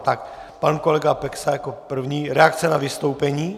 Tak pan kolega Peksa jako první reakce na vystoupení.